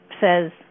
says